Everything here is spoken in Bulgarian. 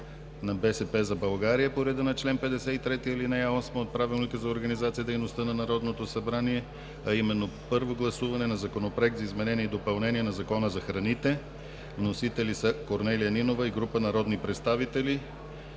на „БСП за България“ по реда на чл. 53, ал. 8 от Правилника за организацията и дейността на Народното събрание, а именно първо гласуване на Законопроект за изменение и допълнение на Закона за храните. Вносители са Корнелия Нинова и група народни представители.